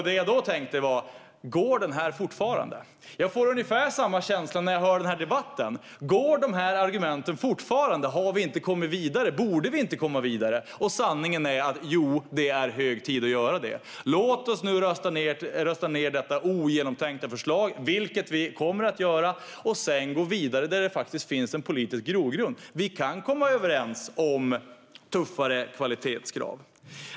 Det jag tänkte var: Går den fortfarande? Jag får ungefär samma känsla när jag hör denna debatt. Går dessa argument fortfarande? Har vi inte kommit vidare, och borde vi inte komma vidare? Sanningen är: Jo, det är hög tid att göra det. Låt oss nu rösta ned detta ogenomtänkta förslag, vilket vi kommer att göra, och sedan gå vidare där det faktiskt finns en politisk grogrund. Vi kan komma överens om tuffare kvalitetskrav.